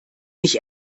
nicht